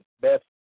best